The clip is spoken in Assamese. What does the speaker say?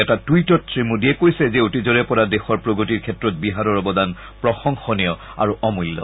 এটা টুইটত শ্ৰীমোদীয়ে কৈছে যে অতীজৰে পৰা দেশৰ প্ৰগতিৰ ক্ষেত্ৰত বিহাৰৰ অৱদান প্ৰশংসনীয় আৰু অমূল্য